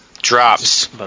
drops